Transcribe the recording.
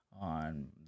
on